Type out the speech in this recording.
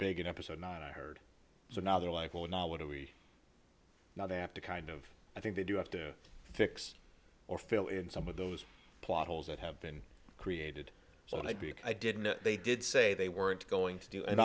big an episode nine i heard so now they're like oh now what do we now they have to kind of i think they do have to fix or fill in some of those plot holes that have been created so i'd be i didn't know they did say they weren't going to do and